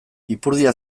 ipurdia